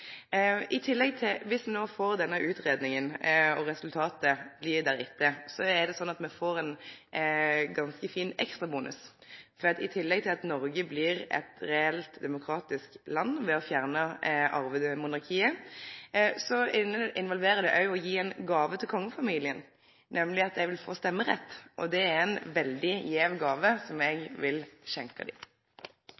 resultatet blir deretter, får me ein ganske fin ekstrabonus, for i tillegg til at Noreg blir eit reelt demokratisk land ved å fjerne arvemonarkiet, involverer det òg å gje ei gåve til kongefamilien, nemleg at dei vil få stemmerett. Det er ei veldig gjev gåve, som eg